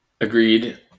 Agreed